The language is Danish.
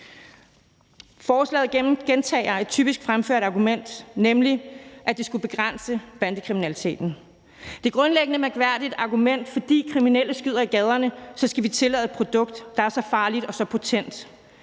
Forslaget gentager et typisk fremført argument, nemlig at det skulle begrænse bandekriminaliteten. Det er et grundlæggende mærkværdigt argument: Fordi kriminelle skyder i gaderne, skal vi tillade et produkt, der er så farligt og så potent.